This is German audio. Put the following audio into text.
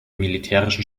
militärischen